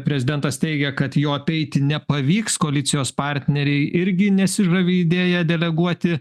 prezidentas teigia kad jo apeiti nepavyks koalicijos partneriai irgi nesižavi idėja deleguoti